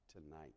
tonight